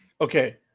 Okay